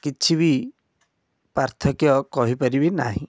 କିଛି ବି ପାର୍ଥକ୍ୟ କହିପାରିବି ନାହିଁ